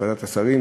לוועדת השרים,